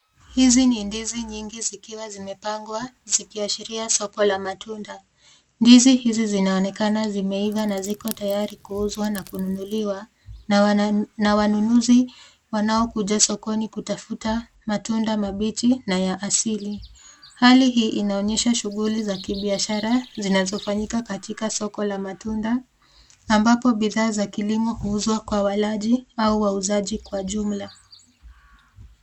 Hizi ni ndizi nyingi zikiwa zimepangwa zikiashiria soko la matunda. Ndizi hizi zinaonekana zimeiva na ziko tayari kuuzwa na kununuliwa na wanan- wanunuzi wanaokuja sokoni kutafuta matunda mabichi na ya asili. Hali hii inaonyesha shughuli za kibiashara zinazofanyika katika soko la matunda ambapo bidhaa za kilimo huuzwa kwa walaji au wauzaji kwa jumla.